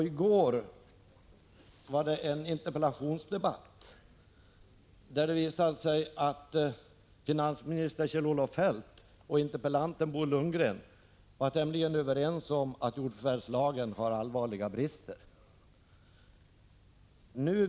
I går fördes en interpellationsdebatt, där det visade sig att finansminister Kjell-Olof Feldt och interpellanten Bo Lundgren var tämligen överens om att jordförvärvslagen har allvarliga brister.